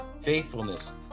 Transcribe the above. faithfulness